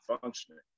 functioning